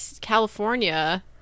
California